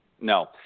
No